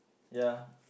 yep